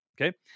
Okay